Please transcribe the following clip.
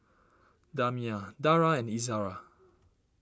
Damia Dara and Izzara